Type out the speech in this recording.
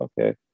okay